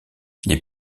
les